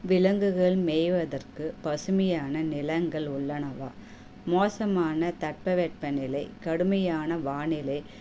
விலங்குகள் மேய்வதற்கு பசுமையான நிலங்கள் உள்ளனவா மோசமான தட்ப வெப்பநிலை கடுமையான வானிலை